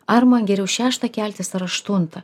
ar man geriau šeštą keltis ar aštuntą